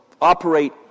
operate